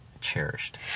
cherished